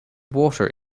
water